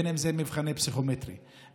בין שזה מבחנים פסיכומטריים,